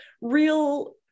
real